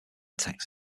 text